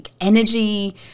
energy